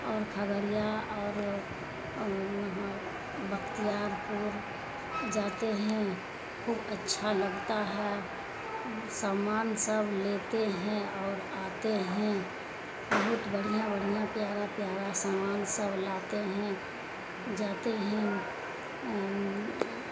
اور کھگڑیا اور وہاں بختیار پور جاتے ہیں خوب اچھا لگتا ہے سامان سب لیتے ہیں اور آتے ہیں بہت بڑھیا بڑھیا پیارا پیارا سامان سب لاتے ہیں جاتے ہیں